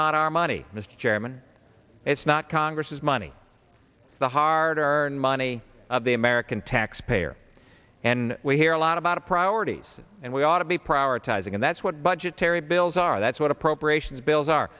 not our money mr chairman it's not congress's money the hard earned money of the american taxpayer and we hear a lot about of priorities and we ought to be prioritizing and that's what budgetary bills are that's what appropriations bills are